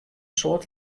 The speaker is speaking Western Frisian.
soad